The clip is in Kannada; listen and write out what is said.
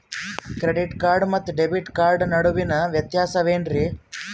ಕ್ರೆಡಿಟ್ ಕಾರ್ಡ್ ಮತ್ತು ಡೆಬಿಟ್ ಕಾರ್ಡ್ ನಡುವಿನ ವ್ಯತ್ಯಾಸ ವೇನ್ರೀ?